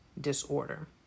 disorder